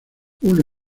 uno